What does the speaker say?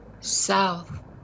south